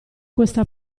questa